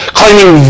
claiming